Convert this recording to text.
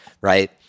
right